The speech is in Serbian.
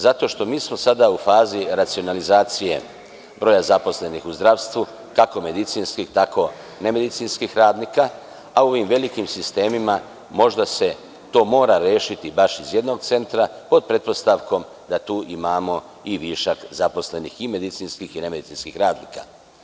Zato što mi smo sada u fazi racionalizacije broja zaposlenih u zdravstvu, kako medicinskih, tako nemedicinskih radnika, a u ovim velikim sistemima možda se to mora rešiti baš iz jednog centra, pod pretpostavkom da tu imamo i višak zaposlenih i medicinskih i nemedicinskih radnika.